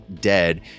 dead